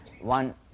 one